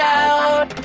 out